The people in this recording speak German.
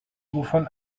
wovon